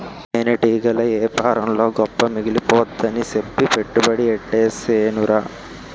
తేనెటీగల యేపారంలో గొప్ప మిగిలిపోద్దని సెప్పి పెట్టుబడి యెట్టీసేనురా